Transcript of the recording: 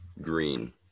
green